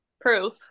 proof